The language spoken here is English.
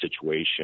situation